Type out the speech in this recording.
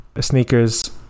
Sneakers